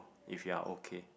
if you're okay